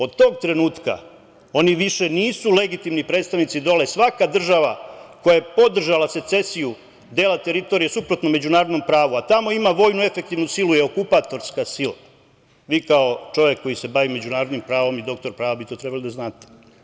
Od tog trenutka oni više nisu legitimni predstavnici dole, svaka država koja je podržala secesiju dela teritorije suprotno međunarodnom pravu, a tamo ima vojnu efektivnu silu, je okupatorska sila, vi kao čovek koji se bavi međunarodnim pravom i doktor prava bi to trebalo da znate.